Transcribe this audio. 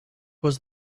was